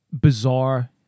Bizarre